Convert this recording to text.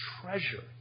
treasure